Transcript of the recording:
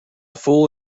fool